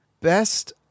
best